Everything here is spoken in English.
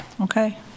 Okay